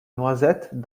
noisettes